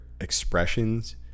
expressions